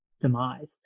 demise